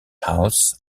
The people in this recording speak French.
house